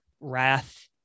wrath